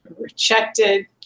rejected